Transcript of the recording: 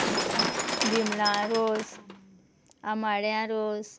बिमलां रोस आमाड्या रोस